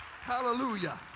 Hallelujah